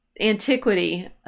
antiquity